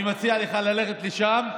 אני מציע לך ללכת לשם,